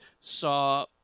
saw